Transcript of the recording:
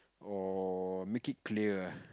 or make it clear ah